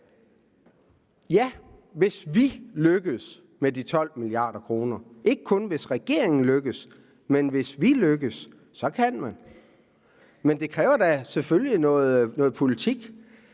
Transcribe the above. Ja, hvis vi lykkes med de 12 mia. kr. Ikke kun, hvis regeringen lykkes, men hvis vi lykkes med det, kan man. Men det kræver da selvfølgelig noget politik.